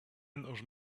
enters